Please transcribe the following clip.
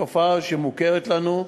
תופעה שמוכרת לנו,